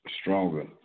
stronger